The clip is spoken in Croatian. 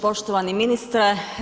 Poštovani ministre.